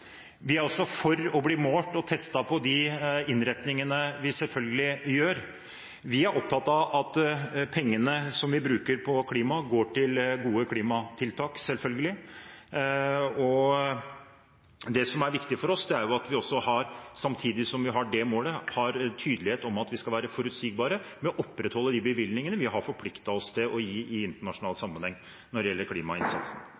Vi er også selvfølgelig for å bli målt og testet på de innretningene vi gjør. Vi er opptatt av at pengene som vi bruker på klima, går til gode klimatiltak – selvfølgelig. Det som er viktig for oss, er at vi samtidig som vi har det målet, er tydelige på at vi skal være forutsigbare ved å opprettholde de bevilgningene vi har forpliktet oss til å gi i internasjonal